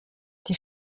die